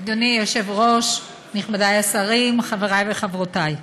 אדוני היושב-ראש, נכבדי השרים, חברי וחברותי,